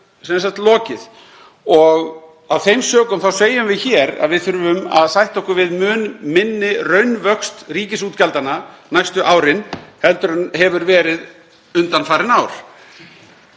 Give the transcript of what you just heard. sem sagt lokið og af þeim sökum þá segjum við hér að við þurfum að sætta okkur við mun minni raunvöxt ríkisútgjalda næstu árin heldur en hefur verið undanfarin ár.